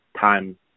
time